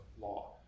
law